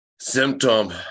symptom